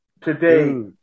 today